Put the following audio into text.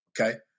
okay